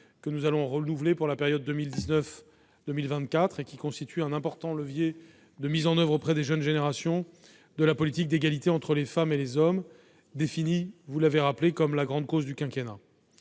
que nous allons renouveler pour la période 2019-2024, et qui constitue un important levier pour mettre en oeuvre auprès des jeunes générations la politique d'égalité entre les femmes et les hommes, définie comme la grande cause du quinquennat.